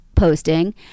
posting